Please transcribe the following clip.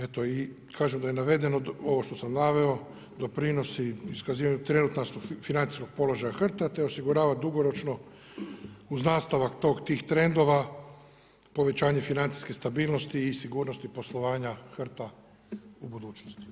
Eto i kažem da je navedeno ovo što sam naveo doprinosi iskazivanju trenutnog financijskog položaja HRT-a te osigurava dugoročno uz nastavak tih trendova povećanje financijske stabilnosti i sigurnosti poslovanja HRT-a u budućnosti.